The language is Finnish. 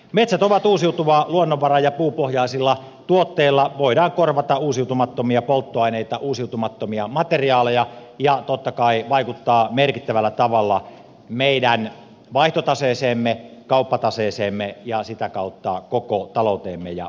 metsät ovat uusiutuva luonnonvara ja puupohjaisilla tuotteilla voidaan korvata uusiutumattomia polttoaineita uusiutumattomia materiaaleja ja totta kai vaikuttaa merkittävällä tavalla meidän vaihtotaseeseemme kauppataseeseemme ja sitä kautta koko talouteemme ja hyvinvointiimme